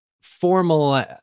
formal